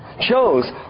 Chose